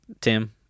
Tim